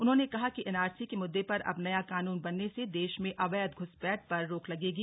उन्होंने कहा कि एनआरसी के मुद्दे पर अब नया कानून बनने से देश में अवैध घुसपैठ पर रोक लगेगी